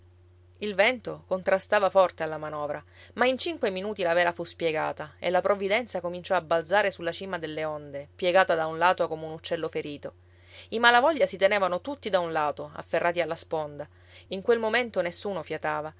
il vento contrastava forte alla manovra ma in cinque minuti la vela fu spiegata e la provvidenza cominciò a balzare sulla cima delle onde piegata da un lato come un uccello ferito i malavoglia si tenevano tutti da un lato afferrati alla sponda in quel momento nessuno fiatava